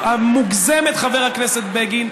חבר הכנסת בגין,